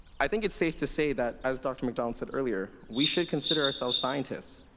i think its safe to say that as dr. macdonald said earlier, we should consider ourselves scientists,